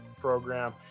program